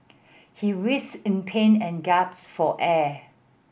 he writhed in pain and for air